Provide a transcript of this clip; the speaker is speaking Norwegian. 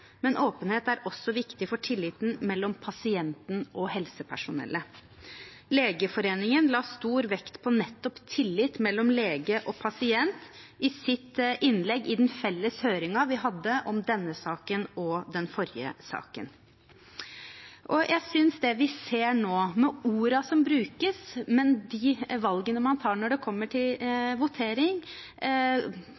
men åpenhet er også viktig for tilliten mellom pasienten og helsepersonellet. Legeforeningen la stor vekt på tillit mellom lege og pasient i sitt innlegg i den felles høringen vi hadde om denne saken og den forrige saken. Jeg synes det vi ser nå, med de ordene som brukes, og de valgene en tar når det kommer til